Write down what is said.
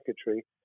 secretary